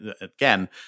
again